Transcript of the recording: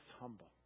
humble